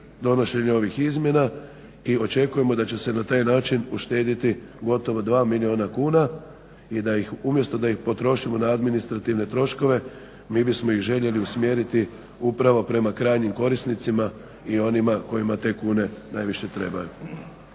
donošenje ovih izmjena i očekujemo da će se na taj način uštedjeti gotovo 2 milijuna kuna i umjesto da ih potrošimo na administrativne troškove mi bismo ih željeli usmjeriti upravo prema krajnjim korisnicima i onima kojima te kune najviše trebaju.